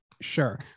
sure